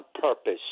purpose